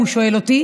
הוא שואל אותי,